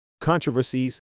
controversies